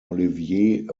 olivier